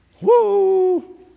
Woo